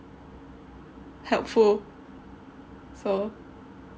helpful so